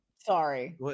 sorry